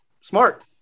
Smart